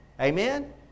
Amen